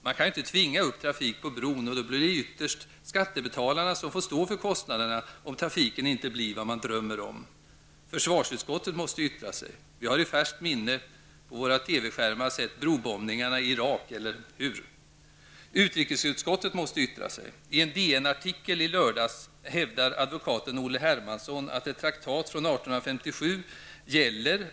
Man kan ju inte tvinga upp trafik på bron, och då blir det ju ytterst skattebetalarna som får stå för kostnaderna om trafiken inte blir vad man drömmer om. Försvarsutskottet måste yttra sig. Vi har i färskt minne från våra TV-skärmar brobombningarna i Irak, eller hur? Utrikesutskottet måste yttra sig. I en DN-artikel i lördags, den 6 april, hävdar advokaten Olle Hermansson att ett traktat från 1857 gäller.